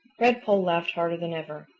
redpoll laughed harder than ever.